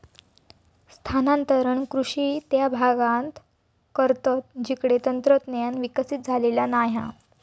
स्थानांतरण कृषि त्या भागांत करतत जिकडे तंत्रज्ञान विकसित झालेला नाय हा